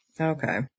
Okay